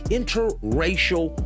interracial